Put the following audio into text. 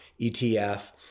ETF